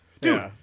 Dude